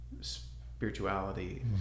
spirituality